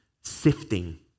sifting